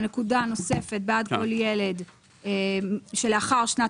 לנקודה נוספת בעד כל ילד שלאחר שנת